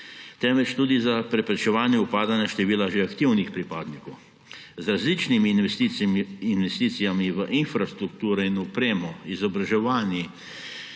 temveč tudi za preprečevanje upadanja števila že aktivnih pripadnikov. Z različnimi investicijami v infrastrukturo in v opremo, izobraževanjem